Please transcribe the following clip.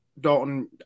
Dalton